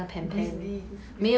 grizzly 你是 grizzly